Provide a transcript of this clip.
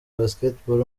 basketball